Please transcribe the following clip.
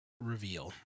reveal